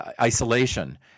isolation